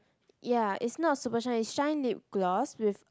ya it's not super shine it's shine lip gloss with